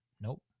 nope